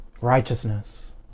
Righteousness